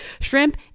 shrimp